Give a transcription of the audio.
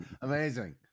Amazing